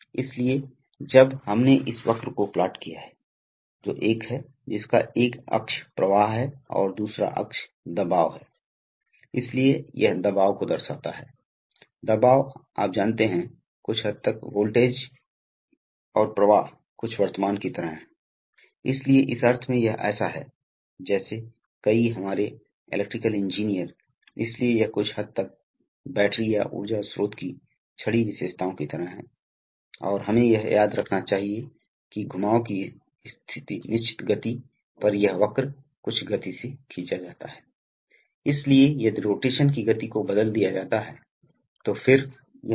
तो इसलिए ऐसे मामलों में जहां कुछ क्षेत्र में कई अनुप्रयोग फैले हुए हैं जिन्हें आमतौर पर न्यूमेटिक्स प्रणालियों की लागत सस्ता कहा जाता है अब वहाँ न्यूमेटिक्स प्रणालियों का एक और महत्वपूर्ण लाभ यह है कि इलेक्ट्रिक सिस्टम आप जानते हैं बिजली की चिंगारियों और हाइड्रोलिक तेल जो कि आप जानते हैं कि पेट्रोलियम डेरिवेटिव है ज्वलनशील है के कारण आग लगने कि संभावना है न्यूमेटिक्स सिस्टम आंतरिक रूप से सुरक्षित हैं और इसलिए अक्सर इसमें पसंद किया जाता है आप ऐसी जगहों को जानते हैं